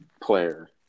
player